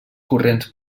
corrents